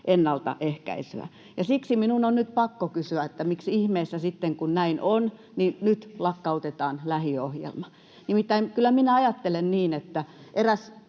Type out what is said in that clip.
ennaltaehkäisyä. Siksi minun on nyt pakko kysyä, miksi ihmeessä sitten, kun näin on, lakkautetaan nyt lähiöohjelma. Nimittäin kyllä minä ajattelen niin, että eräs